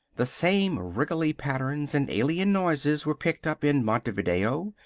the same wriggly patterns and alien noises were picked up in montevideo,